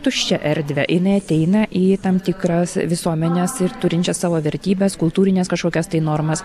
tuščią erdvę jinai ateina į tam tikras visuomenes ir turinčias savo vertybes kultūrines kažkokias normas